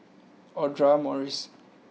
Audra Morrice